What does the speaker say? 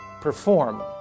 perform